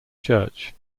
church